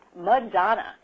Madonna